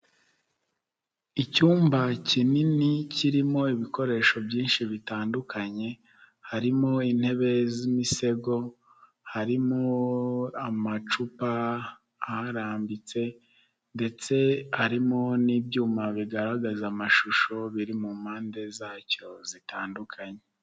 Icyumba kinini kirimo ibikoresho byinshi bitandukanye harimo intebe z'imisego, harimo amacupa arambitse, ndetse harimo n'ibyuma bigaragaza amashusho biri mu mpande zacyo zitandukanye.